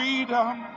freedom